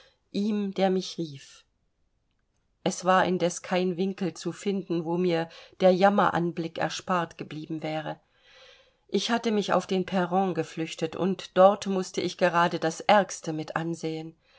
ihm der mich rief es war indes kein winkel zu finden wo mir der jammeranblick erspart geblieben wäre ich hatte mich auf den perron geflüchtet und dort mußte ich gerade das ärgste mit ansehen